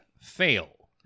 fail